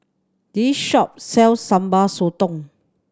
this shop sells Sambal Sotong